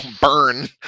burn